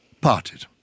parted